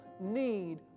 need